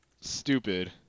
stupid